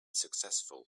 successful